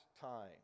time